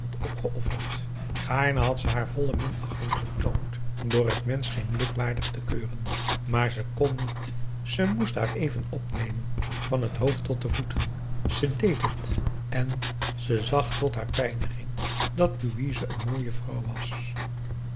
opgeofferd gaarne had ze haar volle minachting getoond door t mensch geen blik waardig te keuren maar ze kon niet ze moest haar even opnemen van t hoofd tot de voeten ze deed het en ze zag tot haar pijniging dat louise een mooie vrouw was